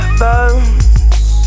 bones